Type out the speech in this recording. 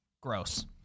gross